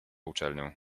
uczelnię